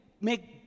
make